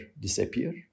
disappear